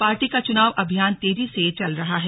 party का चुनाव अभियान तेजी से चल रहा है